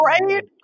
Right